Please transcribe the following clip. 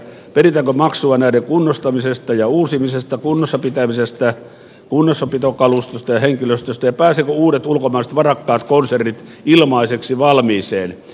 peritäänkö maksua näiden kunnostamisesta ja uusimisesta kunnossa pitämisestä kunnossapitokalustosta ja henkilöstöstä ja pääsevätkö uudet ulkomaiset varakkaat konsernit ilmaiseksi valmiiseen